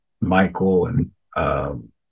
Michael—and